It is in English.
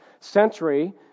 century